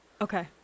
Okay